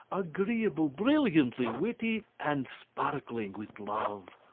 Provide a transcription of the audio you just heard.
agreeable, brilliantly witty, and sparkling with love.